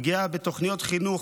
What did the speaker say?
פגיעה בתוכניות חינוך,